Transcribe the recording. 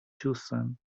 chosen